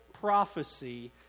prophecy